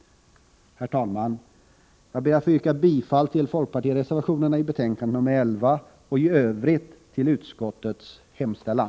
Herr talman! Jag ber att få yrka bifall till folkpartireservationerna i betänkande nr 11 och i övrigt till utskottets hemställan.